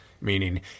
meaning